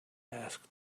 asked